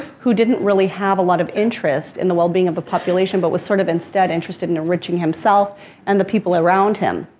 who didn't really have a lot of interest in the well being of the population, but was sort of instead interested in enriching himself and the people around him.